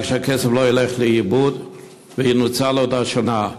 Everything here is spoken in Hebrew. שהכסף לא ילך לאיבוד וינוצל עוד השנה.